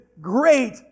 great